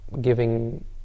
giving